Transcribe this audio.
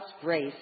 grace